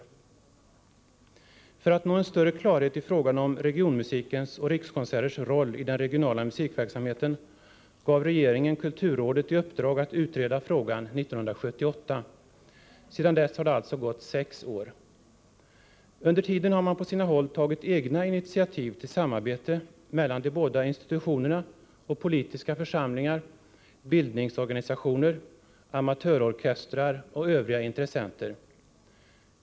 Nr 48 För att nå en större klarhet i frågan om regionmusikens och Rikskonserters Tisdagen den rolli den regionala musikverksamheten gav regeringen kulturrådet i uppdrag 11 décember 1984 att utreda frågan 1978. Sedan dess har det alltså gått sex år. Under tiden har man på sina håll tagit egna initiativ till samarbete mellan de båda institutionerna och politiska församlingar, bildningsorganisationer, amatörorkestrar och övriga intressenter.